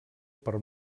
per